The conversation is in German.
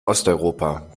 osteuropa